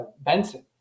benson